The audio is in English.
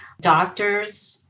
doctors